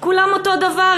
כולם אותו דבר,